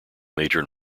major